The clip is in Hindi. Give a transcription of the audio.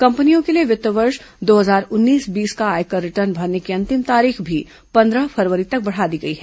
कंपनियों के लिए वित्त वर्ष दो हजार उन्नीस बीस का आयकर रिटर्न भरने की अंतिम तारीख भी पंद्रह फरवरी तक बढ़ा दी गई है